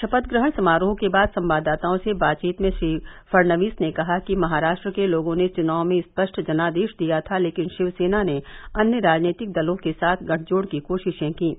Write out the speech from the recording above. शपथग्रहण समारोह के बाद संवाददाताओं से बातचीत में श्री फड़नवीस ने कहा कि महाराष्ट्र के लोगों ने चुनाव में स्पष्ट जनादेश दिया था लेकिन शिवसेना ने अन्य राजनीतिक दलों के साथ गठजोड़ की कोशिशें कीं